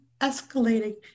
escalating